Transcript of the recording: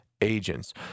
agents